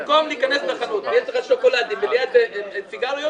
במקום להיכנס לחנות ויש לך שוקולדים וליד זה סיגריות,